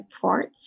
ports